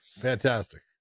Fantastic